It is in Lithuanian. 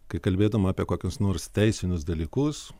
kai kalbėdavom apie kokius nors teisinius dalykus